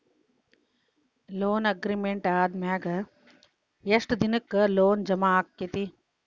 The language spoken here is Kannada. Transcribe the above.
ಲೊನ್ ಅಗ್ರಿಮೆಂಟ್ ಆದಮ್ಯಾಗ ಯೆಷ್ಟ್ ದಿನಕ್ಕ ಲೊನ್ ಜಮಾ ಆಕ್ಕೇತಿ?